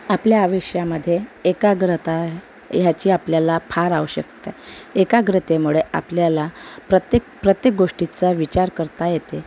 आपल्या आविष्यामध्ये एकाग्रता ह्याची आपल्याला फार आवश्यकता आहे एकाग्रतेमुळं आपल्याला प्रत्येक प्रत्येक गोष्टीचा विचार करता येते